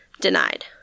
denied